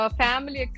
family